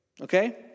okay